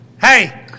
Hey